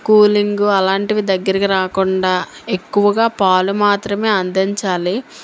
cooling అలాంటివి దగ్గరికి రాకుండా ఎక్కువగా పాలు మాత్రమే అందించాలి